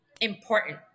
important